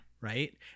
Right